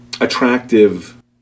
attractive